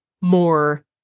more